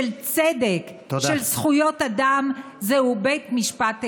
של צדק, של זכויות אדם, זהו בית המשפט העליון.